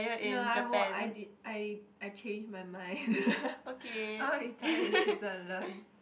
no I will I did I I change my mind I want to retire in Switzerland